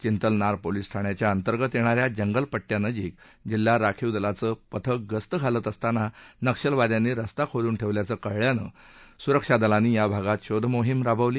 Chintalnar police ठाण्याच्या अंतर्गत येणा या जंगलपट्ट्यानजीक जिल्हा राखीव दलाचं पथक गस्त घालत असताना नक्षलवाद्यांनी रस्ता खोदून ठेवल्याचं कळल्यानं सुरक्षा दलांनी या भागात शोध मोहीम राबवली